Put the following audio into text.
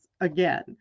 again